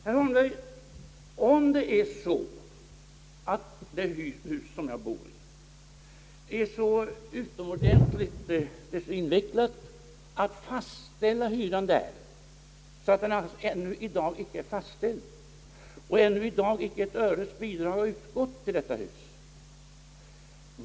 Herr Holmberg, om det är så utomordentligt invecklat att fastställa hyran för det hus som jag bor i att den ännu i dag icke är fastställd och ännu icke ett öres bidrag har utgått till detta hus.